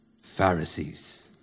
Pharisees